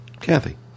Kathy